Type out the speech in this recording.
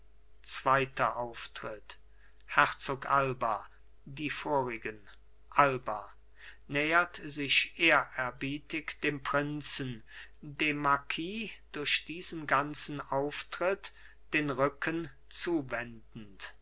zweiter auftritt herzog alba die vorigen alba nähert sich ehrerbietig dem prinzen dem marquis durch diesen ganzen auftritt den rücken zuwendend